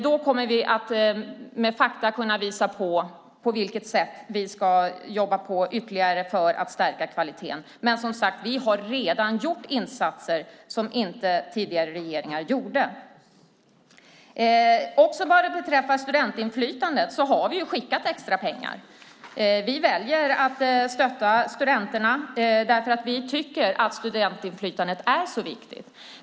Då kommer vi att med fakta kunna visa på vilket sätt vi ska jobba vidare för att stärka kvaliteten. Men som sagt har vi redan gjort insatser som tidigare regeringar inte gjorde. Vad beträffar studentinflytandet har vi skickat extra pengar. Vi väljer att stötta studenterna därför att vi tycker att studentinflytandet är viktigt.